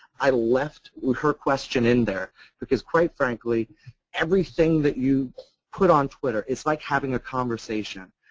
i left her question in there because quite frankly everything that you put on twitter is like having a conversation.